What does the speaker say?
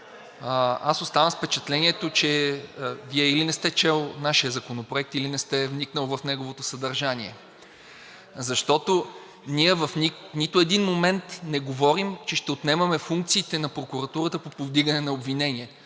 аз оставам с впечатлението, че Вие или не сте чели нашия Законопроект, или не сте вникнали в неговото съдържание. Защото ние в нито един момент не говорим, че ще отнемаме функциите на прокуратурата по повдигане на обвинение.